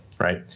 right